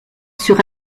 sur